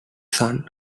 son